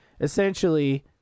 essentially